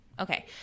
Okay